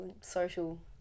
social